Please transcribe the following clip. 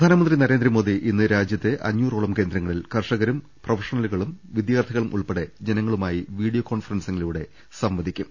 പ്രധാനമന്ത്രി നരേന്ദ്രമോദി ഇന്ന് രാജ്യത്തെ അഞ്ഞൂറോളം കേന്ദ്ര ങ്ങളിൽ കർഷകരും പ്രൊഫഷണലുകളും വിദ്യാർഥികളും ഉൾപ്പെടെ ജനങ്ങളുമായി വീഡിയോ കോൺഫറൻസിങ്ങിലൂടെ സംവദിക്കും